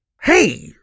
Hey